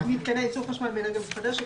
מיתקני ייצור חשמל באנרגיה מתחדשת,